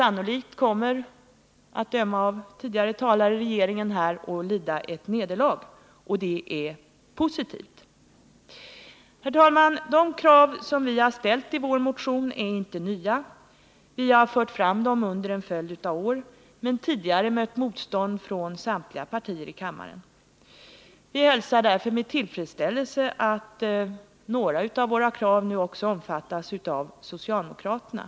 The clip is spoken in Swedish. Att döma av tidigare uttalanden i debatten kommer regeringen här sannolikt att lida ett nederlag, och det är positivt. Herr talman! De krav vi ställt i vår motion är inte nya — vi har fört fram dem under en följd av år. Tidigare har vi mött motstånd från samtliga partier i riksdagen. Vi hälsar därför med tillfredsställelse att några av våra krav nu också omfattas av socialdemokraterna.